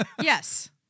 Yes